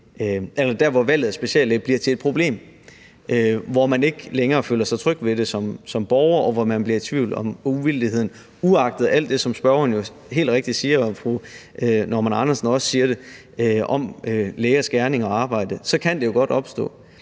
der, hvor valget af speciallæge bliver til et problem, hvor man ikke længere føler sig tryg ved det som borger, og hvor man bliver i tvivl om uvildigheden. Og uagtet alt det, som spørgeren jo helt rigtigt siger, og som fru Kirsten Normann Andersen også siger om lægers gerning og arbejde, kan det jo godt opstå.